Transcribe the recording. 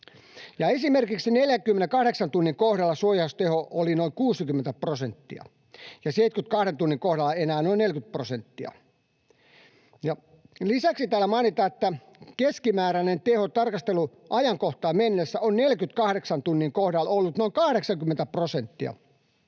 Esimerkiksi 48 tunnin kohdalla suojausteho oli noin 60 prosenttia ja 72 tunnin kohdalla enää noin 40 prosenttia. Lisäksi täällä mainitaan, että keskimääräinen teho tarkasteluajankohtaan mennessä on 48 tunnin kohdalla ollut noin 80 prosenttia